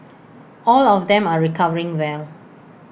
all of them are recovering well